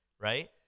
right